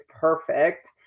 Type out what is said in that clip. perfect